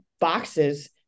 boxes